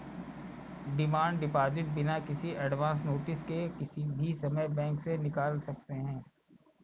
demand deposit बिना किसी advance notice के किसी भी समय बैंक से निकाल सकते है